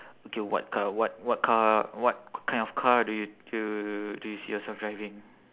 okay what car what what car what kind of car do you do you do you see yourself driving